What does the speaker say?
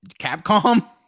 Capcom